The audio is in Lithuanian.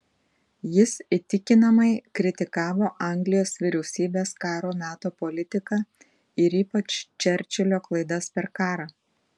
jis įtikinamai kritikavo anglijos vyriausybės karo meto politiką ir ypač čerčilio klaidas per karą